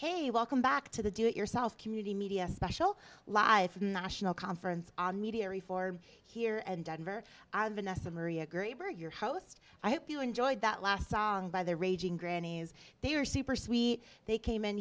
hey welcome back to the do it yourself community media special live national conference on media before here and denver i've enough of maria greenberg your host i hope you enjoyed that last song by the raging grannies they are super sweet they came in